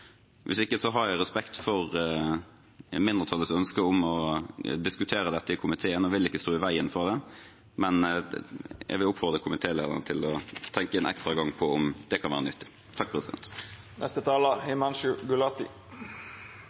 Hvis ikke har jeg respekt for mindretallets ønske om å diskutere dette i komiteen, og vil ikke stå i veien for det. Men jeg vil oppfordre komitélederen til å tenke en ekstra gang på om det kan være nyttig.